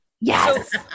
Yes